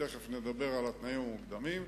תיכף נדבר על התנאים המוקדמים,